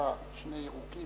ואז דבריך ייאמרו,